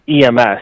EMS